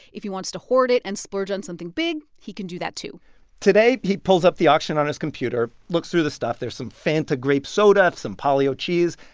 if he wants to hoard it and splurge on something big, he can do that too today, he pulls up the auction on his computer, looks through the stuff. there's some fanta grape soda, some polly-o cheese.